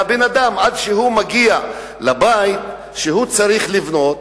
והבן-אדם, עד שהוא מגיע לבית שהוא צריך לבנות,